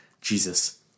Jesus